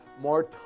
more